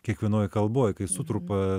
kiekvienoj kalboj kai sutrupa